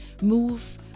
move